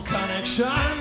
Connection